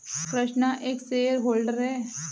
कृष्णा एक shareholder है